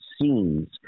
scenes